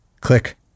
Click